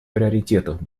приоритетов